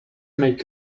make